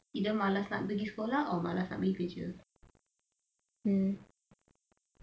either malas nak pergi sekolah or malas nak pergi kerja